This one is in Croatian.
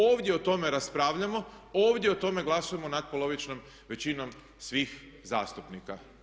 Ovdje o tome raspravljamo, ovdje o tome glasujemo natpolovičnom većinom svih zastupnika.